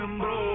bro